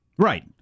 Right